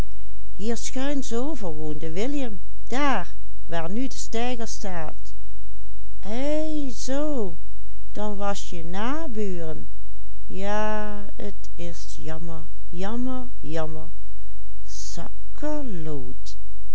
zoo dan was je na buren ja t is jammer jammer jammer sakkerloot